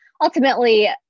ultimately